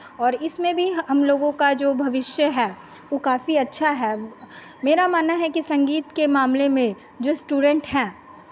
और इसमें भी हम लोगों का जो भविष्य है वो काफी अच्छा है मेरा मानना है कि संगीत के मामले में जो इस्टूडेंट हैं